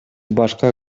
башка